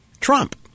Trump